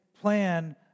plan